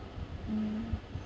mm